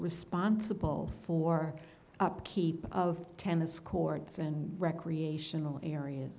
responsible for upkeep of tennis courts and recreational areas